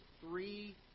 three